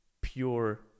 pure